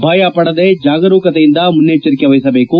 ಭಯ ಪಡದೆ ಜಾಗರೂಕತೆಯಿಂದ ಮುನ್ನೆಚ್ಚರಿಕೆ ವಹಿಸಬೇಕು